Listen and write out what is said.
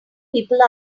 people